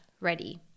ready